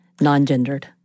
Non-gendered